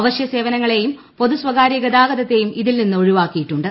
അവശ് സേവനങ്ങളെയും പൊതു സ്വകാര്യ ഗതാഗതത്തെയും ഇതിൽ നിന്ന് ഒഴിവാക്കിയിട്ടുണ്ട്